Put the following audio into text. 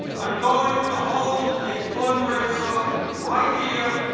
i'm going to hold a fundraiser right here,